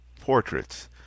portraits